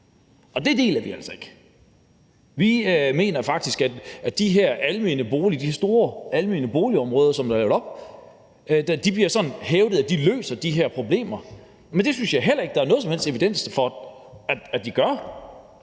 og det deler vi altså ikke. Vi mener faktisk, at det bliver hævdet, at de her store almene boligområder, som bliver hevet frem, løser de her problemer, men det synes jeg heller ikke der er nogen som helst evidens for at de gør.